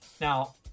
Now